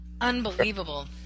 Unbelievable